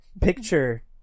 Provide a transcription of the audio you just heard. picture